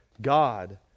God